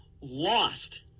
lost